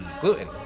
gluten